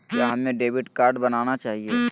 क्या हमें debit card बनाना चाहिए?